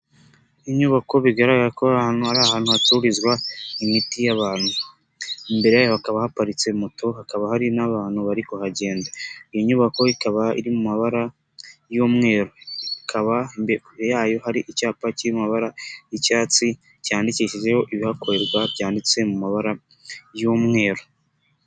Inyubako bigaragara ko ahantu ari ahantu hacururizwa imiti y'abantu. Imbere yayo hakaba haparitse moto, hakaba hari n'abantu bari kuhagenda. Iyi nyubako ikaba iri mu mabara y'umweru. Ikaba kure yayo hari icyapa cy'amabara y'icyatsi cyandikishijeho ibihakorerwa byanditse mu mabara y'umweru.